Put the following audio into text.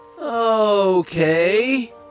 Okay